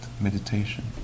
meditation